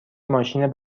ماشین